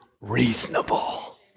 reasonable